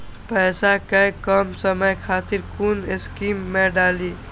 पैसा कै कम समय खातिर कुन स्कीम मैं डाली?